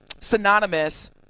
synonymous